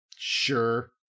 Sure